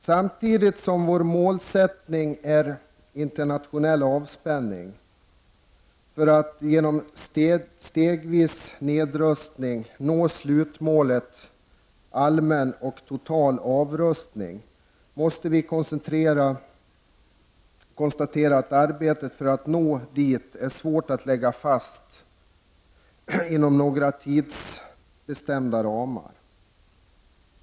Samtidigt som vår målsättning är internationell avspänning, att genom stegvis nedrustning nå slutmålet allmän och total avrustning, måste vi konstatera att arbetet för att nå dit är svårt att lägga fast inom några tidsbestämda ramar.